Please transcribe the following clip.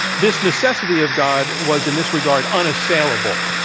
this necessity of god was, in this regard, unassailable.